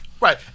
right